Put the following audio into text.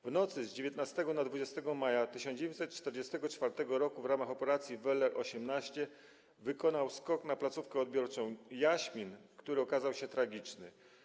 W nocy z 19 na 20 maja 1944 r. w ramach operacji „Weller 18” wykonał skok na placówkę odbiorczą „Jaśmin”, który okazał się tragiczny.